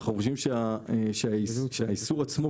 אנחנו חושבים שהאיסור עצמו,